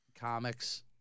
comics